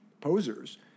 posers